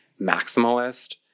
maximalist